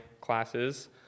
classes